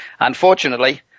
Unfortunately